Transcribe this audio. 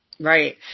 Right